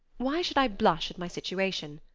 why should i blush at my situation?